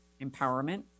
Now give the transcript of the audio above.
empowerment